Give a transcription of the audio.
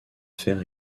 fer